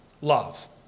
love